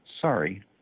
Sorry